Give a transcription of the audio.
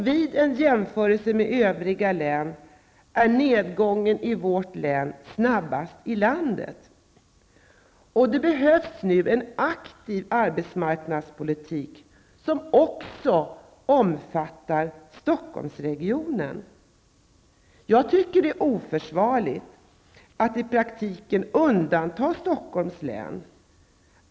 Vid en jämförelse med övriga län är nedgången i vårt län snabbast i landet. Det behövs nu en aktiv arbetsmarknadspolitik, som också omfattar Stockholmsregionen. Jag tycker att det är oförsvarligt att i praktiken undanta Stockholms län.